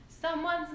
Someone's